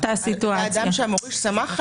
זה אדם שהמוריש סמך עליו.